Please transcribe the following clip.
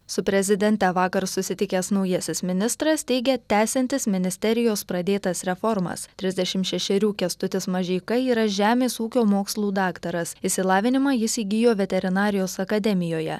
su prezidente vakar susitikęs naujasis ministras teigė tęsiantis ministerijos pradėtas reformas trisdešimt šešerių kęstutis mažeika yra žemės ūkio mokslų daktaras išsilavinimą jis įgijo veterinarijos akademijoje